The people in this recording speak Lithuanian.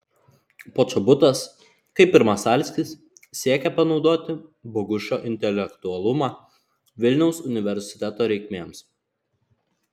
počobutas kaip ir masalskis siekė panaudoti bogušo intelektualumą vilniaus universiteto reikmėms